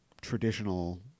traditional